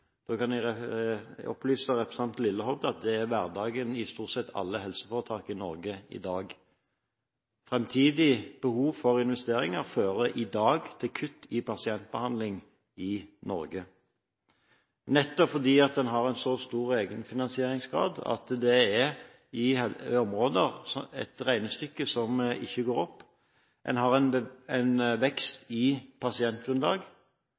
Da kan jeg opplyse representanten Lillehovde om at det er hverdagen i stort sett alle helseforetakene i Norge i dag. Framtidig behov for investeringer fører i dag til kutt i pasientbehandlingen i Norge, nettopp fordi man har en så stor egenfinansieringsgrad at det i områder er et regnestykke som ikke går opp. Man har en vekst